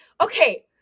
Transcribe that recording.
okay